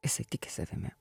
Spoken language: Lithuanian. jisai tiki savimi